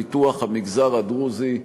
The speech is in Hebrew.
לפיתוח המגזר הדרוזי,